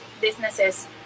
businesses